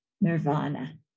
nirvana